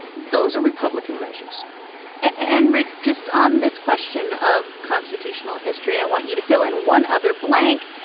those are republican measures and rick, just on this question of constitutional history, i want you to fill in one other blank.